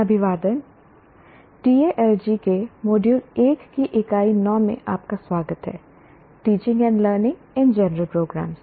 अभिवादन TALG के module 1 की इकाई 9 में आपका स्वागत है teaching and learning in general programmes